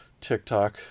TikTok